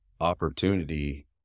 opportunity